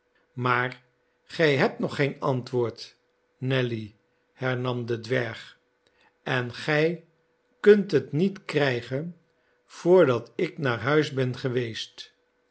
maar gij hebt nog geen antwoord nelly hernam de dwerg en gij kunt het niet kry'gen voordat ik naar huis ben geweest